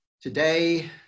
Today